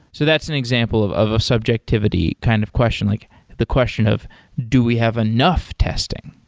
so that's an example of of a subjectivity kind of question, like the question of do we have enough testing?